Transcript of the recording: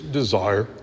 desire